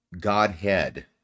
Godhead